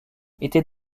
était